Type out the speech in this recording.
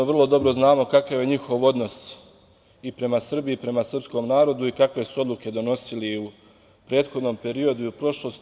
Vrlo dobro znamo kakav je njihov odnos i prema Srbiji i prema srpskom narodu i kakve su odluke donosili u prethodnom periodu i u prošlosti.